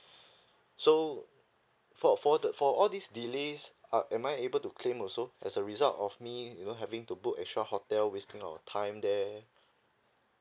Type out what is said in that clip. so for for the for all these delays uh am I able to claim also as a result of me you know having to book extra hotel wasting our time there